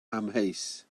amheus